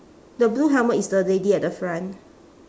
the blue helmet is the lady at the front